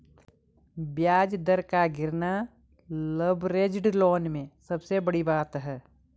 ब्याज दर का गिरना लवरेज्ड लोन में सबसे बड़ी बात है